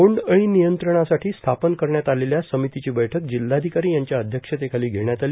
बोन्ड अळी नियंत्रणासाठी स्थापन करण्यात आलेल्या समितीची बैठक जिल्हाधिकारी यांच्या अध्यक्षतेखाली घेण्यात आली